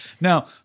Now